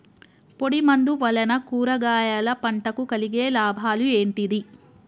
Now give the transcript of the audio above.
పొడిమందు వలన కూరగాయల పంటకు కలిగే లాభాలు ఏంటిది?